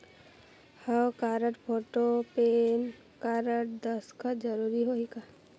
हव card, photo, PAN card, दस्खत जरूरी होही का?